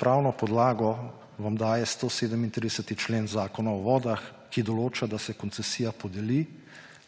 Pravno podlago vam daje 137. člen Zakona o vodah, ki določa, da se koncesija podeli,